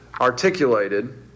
articulated